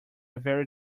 very